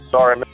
Sorry